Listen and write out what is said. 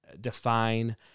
define